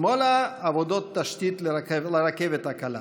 שמאלה, עבודות תשתית לרכבת הקלה,